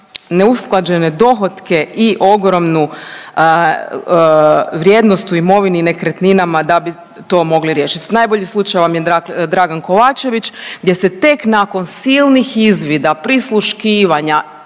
neusklađene dohotke i ogromnu vrijednost u imovini nekretninama da bi to mogli riješiti. Najbolji slučaj vam je Dragan Kovačević gdje se tek nakon silnih izvida, prisluškivanja